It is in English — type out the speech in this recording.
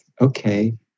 okay